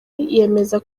yemeza